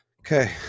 Okay